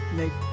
make